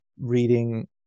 reading